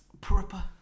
proper